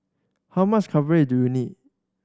how much coverage do you need